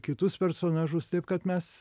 kitus personažus taip kad mes